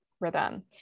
rhythm